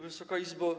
Wysoka Izbo!